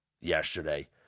yesterday